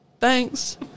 Thanks